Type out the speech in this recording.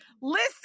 listen